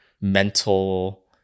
mental